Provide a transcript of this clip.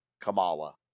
Kamala